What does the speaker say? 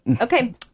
Okay